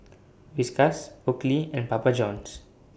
Whiskas Oakley and Papa Johns